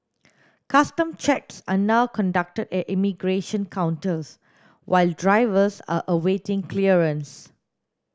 custom checks are now conducted at immigration counters while drivers are awaiting clearance